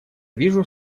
вижу